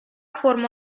forma